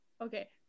Okay